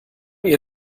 ihr